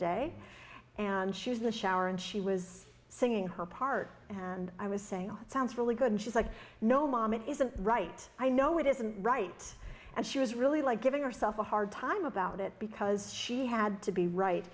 day and she was in the shower and she was singing her part and i was saying it sounds really good and she's like no mom it isn't right i know it isn't right and she was really like giving herself a hard time about it because she had to be right